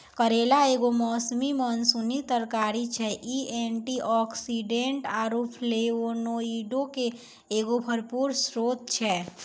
करेला एगो मौसमी मानसूनी तरकारी छै, इ एंटीआक्सीडेंट आरु फ्लेवोनोइडो के एगो भरपूर स्त्रोत छै